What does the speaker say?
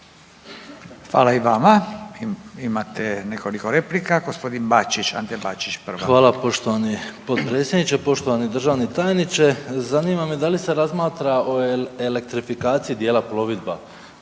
Hvala i vama. Imate nekoliko replika, g. Ante Bačić prva. **Bačić, Ante (HDZ)** Hvala poštovani potpredsjedniče. Poštovani državni tajniče. Zanima me da li se razmatra o elektrifikaciji dijela plovila